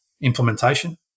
implementation